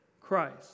Christ